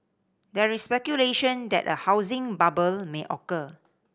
there is speculation that a housing bubble may occur